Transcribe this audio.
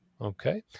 Okay